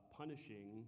punishing